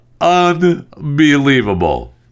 Unbelievable